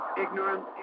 Ignorance